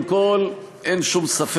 אדוני השר,